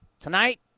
Tonight